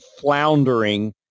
floundering